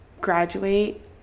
graduate